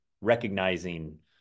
recognizing